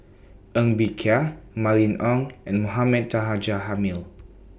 Ng Bee Kia Mylene Ong and Mohamed Taha Jamil